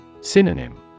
Synonym